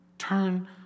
Turn